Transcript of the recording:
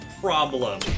problem